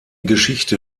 geschichte